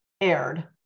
aired